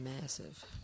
massive